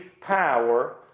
power